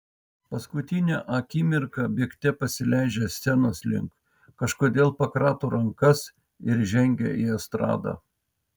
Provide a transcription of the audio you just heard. paskutinę akimirką bėgte pasileidžia scenos link kažkodėl pakrato rankas ir žengia į estradą